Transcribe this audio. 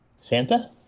Santa